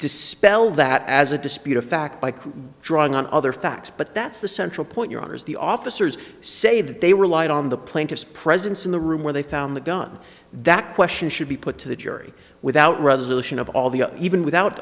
dispel that as a disputed fact by drawing on other facts but that's the central point your honor is the officers say that they relied on the plaintiff's presence in the room where they found the gun that question should be put to the jury without resolution of all the even without